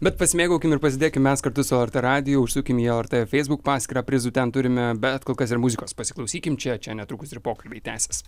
bet pasimėgaukim ir pasėdėkim mes kartu su lrt radiju užsukim į lrt facebook paskyrą prizų ten turime bet kol kas ir muzikos pasiklausykim čia čia netrukus ir pokalbiai tęsis